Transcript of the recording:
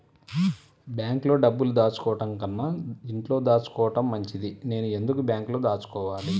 బ్యాంక్లో డబ్బులు దాచుకోవటంకన్నా ఇంట్లో దాచుకోవటం మంచిది నేను ఎందుకు బ్యాంక్లో దాచుకోవాలి?